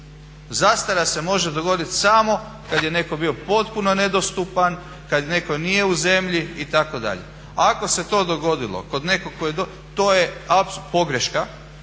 Zastara se može dogoditi samo kad je netko bio potpuno nedostupan, kada netko nije u zemlji itd. Ako se to dogodilo kod nekog tko je, to je pogreška